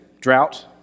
drought